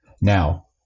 Now